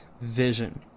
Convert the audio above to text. vision